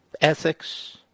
ethics